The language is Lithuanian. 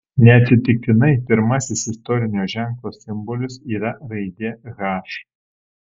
neatsitiktinai pirmasis istorinio ženklo simbolis yra raidė h